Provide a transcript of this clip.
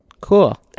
Cool